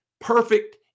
perfect